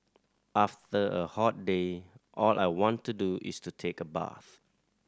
after a hot day all I want to do is to take a bath